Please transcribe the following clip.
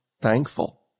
thankful